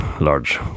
large